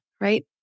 right